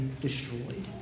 destroyed